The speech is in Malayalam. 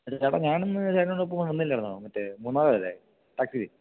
ചേട്ടാ ഞാനന്ന് ചേട്ടന്റെയൊപ്പം വന്നില്ലായിരുന്നോ മറ്റേ മൂന്നാറു വരെ ടാക്സിയില്